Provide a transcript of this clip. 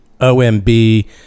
OMB